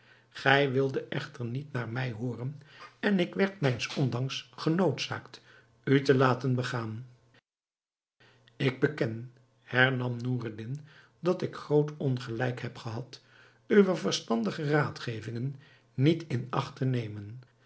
gij wildet echter niet naar mij hooren en ik werd mijns ondanks genoodzaakt u te laten begaan ik beken hernam noureddin dat ik groot ongelijk heb gehad uwe verstandige raadgevingen niet in acht te nemen